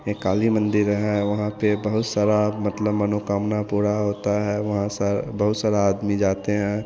एक काली मंदिर है वहाँ पर बहुत सारा मतलब मनोकामना पूरी होती है वहाँ सर बहुत सारा आदमी जाते हैं